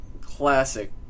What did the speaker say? classic